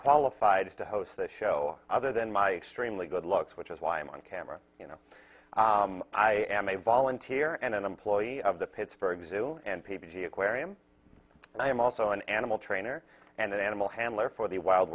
qualified to host the show other than my strangely good looks which is why i'm on camera you know i am a volunteer and an employee of the pittsburgh zoo and p v aquarium i am also an animal trainer and animal handler for the wild